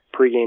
pregame